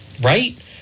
right